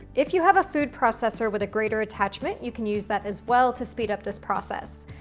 if you have a food processor with a grater attachment, you can use that as well to speed up this process,